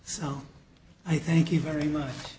so i thank you very much